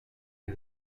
les